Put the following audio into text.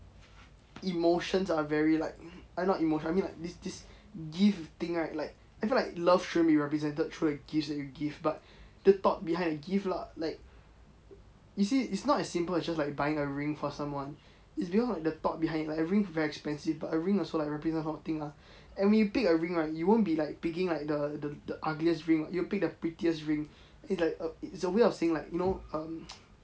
emotions are very like ah not emotions I mean like this this gift thing right like I feel like love shouldn't be represented through the gifts and give but the thought behind the gift lah like you see it's not it's simple as just buying a ring for some one it's because the thought behind like the ring very expensive but a ring also like represent a lot of thing lah and we pick a ring right you won't be like picking like the the ugliest ring [what] you pick the prettiest ring it's like err it's a way of saying like you know err